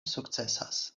sukcesas